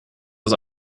das